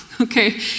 Okay